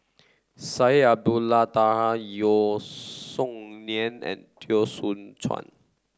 Syed Taha Yeo Song Nian and Teo Soon Chuan